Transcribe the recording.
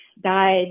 died